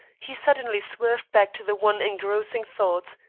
he suddenly swerved back to the one engrossing thought.